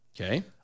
Okay